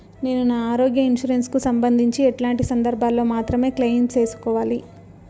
నేను నా ఆరోగ్య ఇన్సూరెన్సు కు సంబంధించి ఎట్లాంటి సందర్భాల్లో మాత్రమే క్లెయిమ్ సేసుకోవాలి?